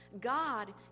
God